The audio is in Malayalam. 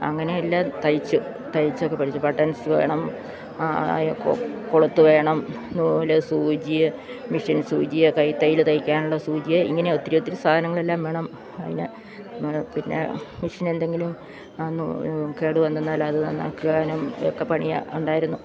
അങ്ങനെയെല്ലാം തയ്ച്ച് തയ്ച്ചൊക്കെ പഠിച്ചു ബട്ടൻസ് വേണം കൊളുത്ത് വേണം നൂല് സൂചി മിഷീൻ സൂചി കൈ തയ്യൽ തയ്ക്കാനുള്ള സൂചി ഇങ്ങനെ ഒത്തിരി ഒത്തിരി സാധനങ്ങളെല്ലാം വേണം അതിന് പിന്നെ മിഷൻ എന്തെങ്കിലും കേടു വന്നെന്നാൽ അത് നന്നാക്കുവാനും ഒക്കെ പണിയുണ്ടായിരുന്നു